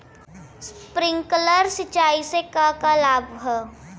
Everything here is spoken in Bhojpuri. स्प्रिंकलर सिंचाई से का का लाभ ह?